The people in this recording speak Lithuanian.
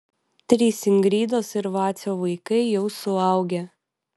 trys ingridos ir vacio vaikai jau suaugę